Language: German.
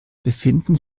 befinden